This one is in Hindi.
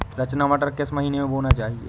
रचना मटर किस महीना में बोना चाहिए?